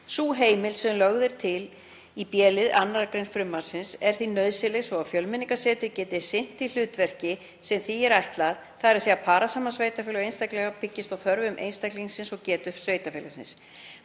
Sú heimild sem lögð er til í b-lið 2. gr. frumvarpsins er því nauðsynleg svo að Fjölmenningarsetur geti sinnt því hlutverki sem því er ætlað, þ.e. að para saman sveitarfélög og einstaklinga byggt á þörfum einstaklingsins og getu sveitarfélagsins.